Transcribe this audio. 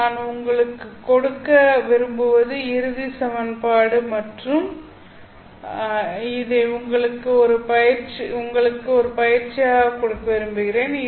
நான் உங்களுக்கு கொடுக்க விரும்புவது இறுதி வெளிப்பாடு மற்றும் இதை உங்களுக்கு ஒரு பயிற்சியாக கொடுக்க விரும்புகிறேன்